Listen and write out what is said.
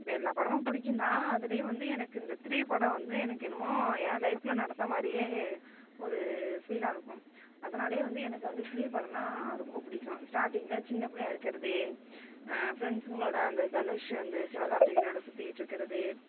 இப்போ எல்லா படமும் பிடிக்கும் தான் அதுலேயும் வந்து எனக்கு இந்த த்ரீ படம் வந்து எனக்கு என்னமோ என் லைஃப்பில் நடந்த மாதிரியே ஒரு ஃபீலாக இருக்கும் அதனாலையே வந்து எனக்கு வந்து த்ரீ படம்னால் ரொம்ப பிடிக்கும் ஸ்டார்டிங்கில் சின்ன பிள்ளையா இருக்கிறது ஃப்ரெண்ட்ஸுங்களோடு அந்த தனுஷ் வந்து சிவகார்த்திகேயனோடு சுற்றிட்டுருக்குறது